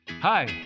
Hi